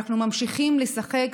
ואנחנו ממשיכים לשחק,